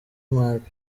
mahamat